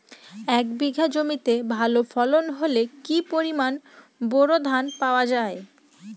এক বিঘা জমিতে ভালো ফলন হলে কি পরিমাণ বোরো ধান পাওয়া যায়?